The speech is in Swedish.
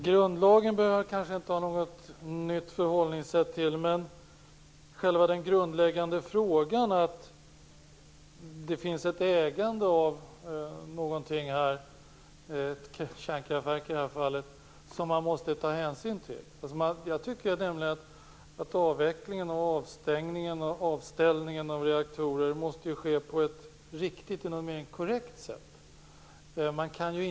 Fru talman! Vi behöver kanske inte något nytt förhållningssätt till grundlagen. Den grundläggande frågan är att man måste ta hänsyn till ägandet av kärnkraftverket. Avställningen av reaktorer måste ske på ett korrekt sätt.